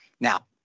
Now